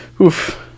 oof